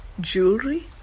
jewelry